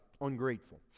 ungrateful